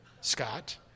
Scott